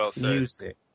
music